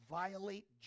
violate